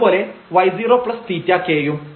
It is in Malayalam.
അതുപോലെ y0θk യും